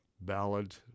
ballad